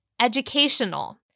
educational